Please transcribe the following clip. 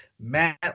Matt